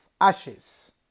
ashes